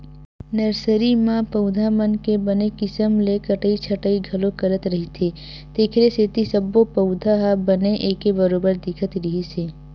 nursery म पउधा मन के बने किसम ले कटई छटई घलो करत रहिथे तेखरे सेती सब्बो पउधा ह बने एके बरोबर दिखत रिहिस हे